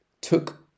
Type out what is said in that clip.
took